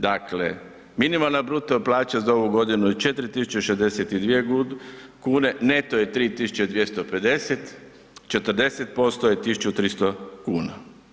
Dakle, minimalna bruto plaća za ovu godinu je 4.062 kune, neto je 3.250, 40% je 1.300 kuna.